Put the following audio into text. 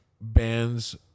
bands